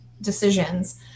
decisions